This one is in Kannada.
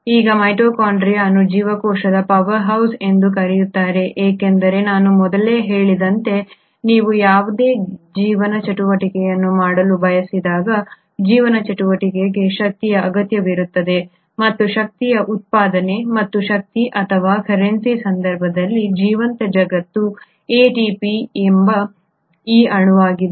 ಈಗ ಮೈಟೊಕಾಂಡ್ರಿಯಾ ಅನ್ನು ಜೀವಕೋಶದ ಪವರ್ ಹೌಸ್ ಎಂದೂ ಕರೆಯುತ್ತಾರೆ ಏಕೆಂದರೆ ನಾನು ಮೊದಲೇ ಹೇಳಿದಂತೆ ನೀವು ಯಾವುದೇ ಜೀವನ ಚಟುವಟಿಕೆಯನ್ನು ಮಾಡಲು ಬಯಸಿದಾಗ ಜೀವನ ಚಟುವಟಿಕೆಗೆ ಶಕ್ತಿಯ ಅಗತ್ಯವಿರುತ್ತದೆ ಮತ್ತು ಶಕ್ತಿಯ ಉತ್ಪಾದನೆ ಮತ್ತು ಶಕ್ತಿ ಅಥವಾ ಕರೆನ್ಸಿಯ ಸಂದರ್ಭದಲ್ಲಿ ಜೀವಂತ ಜಗತ್ತು ATP ಎಂಬ ಈ ಅಣುವಾಗಿದೆ